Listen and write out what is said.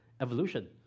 evolution